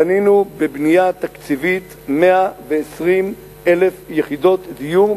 בנינו בבנייה תקציבית 120,000 יחידות דיור,